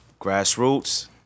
Grassroots